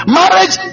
marriage